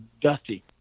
Dusty